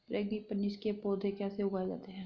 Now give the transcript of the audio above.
Frangipanis के पौधे कैसे उगाए जाते हैं?